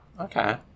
Okay